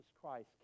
Christ